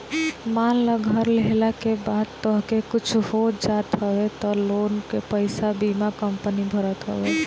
मान लअ घर लेहला के बाद तोहके कुछु हो जात हवे तअ लोन के पईसा बीमा कंपनी भरत हवे